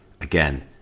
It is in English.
Again